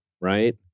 right